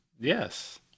Yes